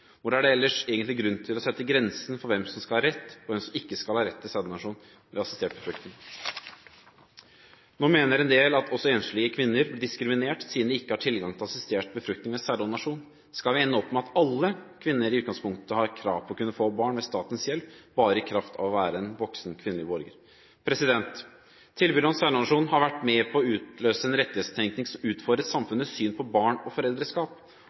er det ellers egentlig grunn til å sette grensen for hvem som skal ha rett, og hvem som ikke skal ha rett til sæddonasjon ved assistert befruktning? Nå mener en del at enslige kvinner blir diskriminert siden de ikke har tilgang til assistert befruktning ved sæddonasjon. Skal vi ende opp med at alle kvinner i utgangspunktet har krav på å få barn ved statens hjelp bare i kraft av å være en voksen, kvinnelig borger? Tilbudet om sæddonasjon har vært med på å utløse en rettighetstenkning som utfordrer samfunnets syn på barn og foreldreskap.